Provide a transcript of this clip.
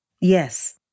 Yes